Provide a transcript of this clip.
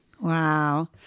Wow